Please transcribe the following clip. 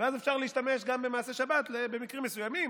ואז אפשר להשתמש גם במעשה שבת במקרים מסוימים.